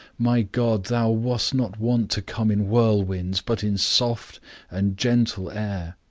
my god, thou wast not wont to come in whirlwinds, but in soft and gentle air.